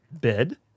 bed